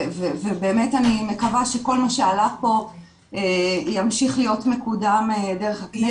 ובאמת אני מקווה שכל מה שעלה פה ימשיך להיות מקודם דרך הכנסת.